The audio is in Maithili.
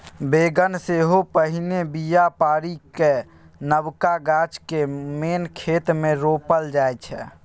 बेगन सेहो पहिने बीया पारि कए नबका गाछ केँ मेन खेत मे रोपल जाइ छै